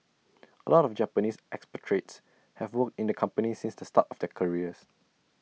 A lot of the Japanese expatriates have worked in the company since the start of their careers